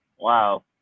Wow